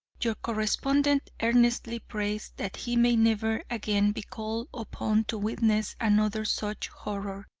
your correspondent earnestly prays that he may never again be called upon to witness another such horror,